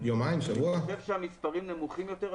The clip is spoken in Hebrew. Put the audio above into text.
אני חושב שהמספרים נמוכים יותר,